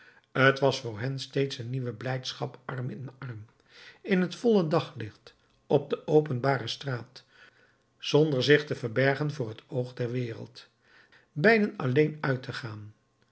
t was voor hen steeds een nieuwe blijdschap arm in arm in het volle daglicht op de openbare straat zonder zich te verbergen voor t oog der wereld beiden alleen uit te gaan